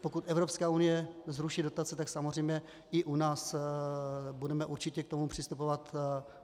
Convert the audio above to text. Pokud Evropská unie zruší dotace, tak samozřejmě i u nás budeme určitě k tomu přistupovat